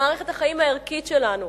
למערכת החיים הערכית שלנו.